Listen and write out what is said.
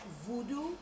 voodoo